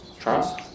Charles